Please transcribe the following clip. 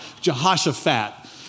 Jehoshaphat